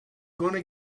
gonna